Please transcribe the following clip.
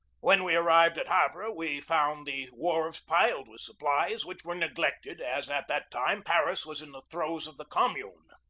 when we arrived at havre we found the wharves piled with supplies which were neglected, as at that time paris was in the throes of the com mune.